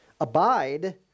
Abide